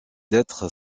d’être